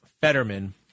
Fetterman